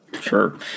Sure